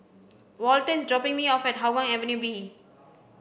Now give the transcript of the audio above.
Walter is dropping me off at Hougang Avenue B